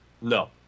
No